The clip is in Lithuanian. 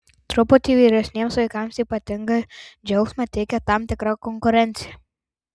truputį vyresniems vaikams ypatingą džiaugsmą teikia tam tikra konkurencija